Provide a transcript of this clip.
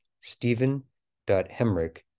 stephen.hemrick